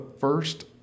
first